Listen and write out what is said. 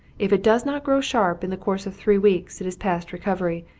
if it does not grow sharp in the course of three weeks it is past recovery,